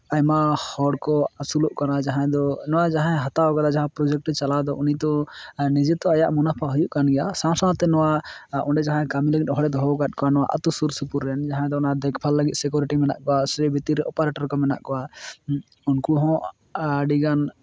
ᱟᱭᱢᱟ ᱦᱚᱲ ᱠᱚ ᱟᱹᱥᱩᱞᱚᱜ ᱠᱟᱱᱟ ᱡᱟᱦᱟᱸᱭ ᱫᱚ ᱱᱚᱣᱟ ᱡᱟᱦᱟᱸᱭ ᱦᱟᱛᱟᱣ ᱠᱟᱫᱟ ᱡᱟᱦᱟᱸᱭ ᱯᱨᱚᱡᱮᱠᱴ ᱮ ᱪᱟᱞᱟᱣ ᱮᱫᱟ ᱩᱱᱤ ᱫᱚ ᱱᱤᱡᱮ ᱛᱚ ᱟᱭᱟᱜ ᱢᱩᱱᱟᱯᱷᱟ ᱦᱩᱭᱩᱜ ᱠᱟᱱ ᱜᱮᱭᱟ ᱥᱟᱶ ᱥᱟᱶᱛᱮ ᱱᱚᱣᱟ ᱚᱸᱰᱮ ᱡᱟᱦᱟᱸᱭ ᱠᱟᱹᱢᱤ ᱞᱟᱹᱜᱤᱫ ᱦᱚᱲᱮ ᱫᱚᱦᱚ ᱟᱠᱟᱫ ᱠᱚᱣᱟ ᱱᱚᱣᱟ ᱟᱹᱛᱩ ᱥᱩᱨ ᱥᱩᱯᱩᱨ ᱨᱮᱱ ᱡᱟᱦᱟᱸᱭ ᱫᱚ ᱚᱱᱟ ᱫᱮᱠᱷ ᱵᱷᱟᱞ ᱞᱟᱹᱜᱤᱫ ᱥᱤᱠᱩᱨᱤᱴᱤ ᱢᱮᱱᱟᱜ ᱠᱚᱣᱟ ᱥᱮ ᱵᱷᱤᱛᱤᱨ ᱨᱮ ᱚᱯᱟᱨᱮᱴᱟᱨ ᱠᱚ ᱢᱮᱱᱟᱜ ᱠᱚᱣᱟ ᱩᱱᱠᱩ ᱦᱚᱸ ᱟᱹᱰᱤᱜᱟᱱ